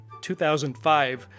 2005